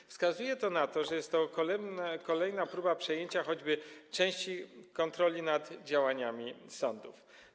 To wskazuje na to, że jest to kolejna próba przejęcia choćby części kontroli nad działaniami sądów.